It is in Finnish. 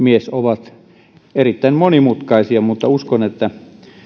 ovat erittäin monimutkaisia mutta uskon että